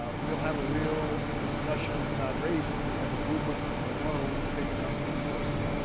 ah we'll have a real discussion about race when we have a movement from below big enough to force it.